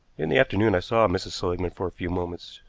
in the afternoon i saw mrs. seligmann for a few moments.